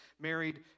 married